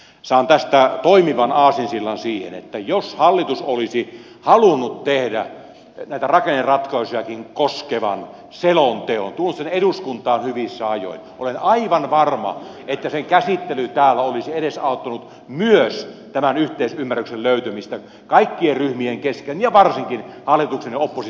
saan tästä toimivan aasinsillan siihen että jos hallitus olisi halunnut tehdä näitä rakenneratkaisujakin koskevan selonteon tuonut sen eduskuntaan hyvissä ajoin olen aivan varma että sen käsittely täällä olisi edesauttanut myös tämän yhteisymmärryksen löytymistä kaikkien ryhmien kesken ja varsinkin hallituksen ja opposition välillä